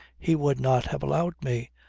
he would not have allowed me.